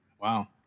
Wow